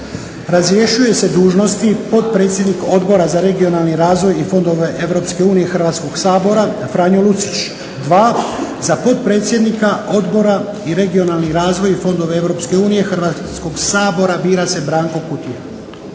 Razrješuje se dužnosti potpredsjednik Odbora za regionalni razvoj i fondove EU Hrvatskog sabora Franjo Lucić. Dva, za potpredsjednika Odbora za regionalni razvoj i fondove EU Hrvatskog sabora bira se Branko Kutija.